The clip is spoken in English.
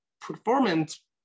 performance